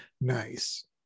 Nice